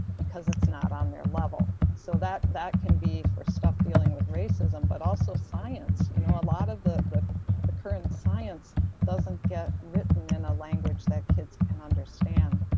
because it's not on their level. so that that can be for stuff dealing with racism, but also science, you know, a lot of the the the current science doesn't get written in a language that kids can understand.